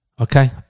Okay